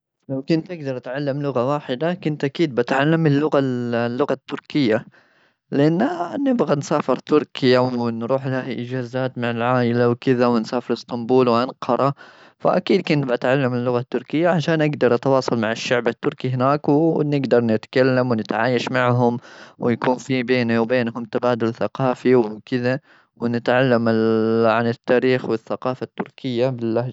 لو كنت أقدر أتعلم لغة واحدة، كنت أكيد بتعلم اللغة ال-اللغة التركية، لأنا نبغى نسافر تركيا ونروح لها إجازات مع العائلة وكذا، ونسافر إسطنبول وأنقرة. فأكيد كنت بتعلم اللغة التركية عشان أقدر أتواصل مع الشعب التركي هناك، ونقدر نتكلم ونتعايش معهم. ويكون في بيني وبينهم تبادل ثقافي وكذا، ونتعلم ال-عن التاريخ والثقافة التركية باللهجة.